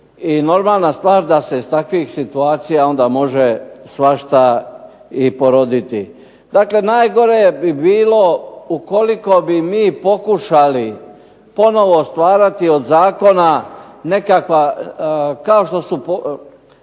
i normalno da se s takvih situacija može svašta i poroditi. Dakle, najgore bi bilo ukoliko bi mi pokušali ponovno stvarati od zakona kao što su